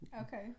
okay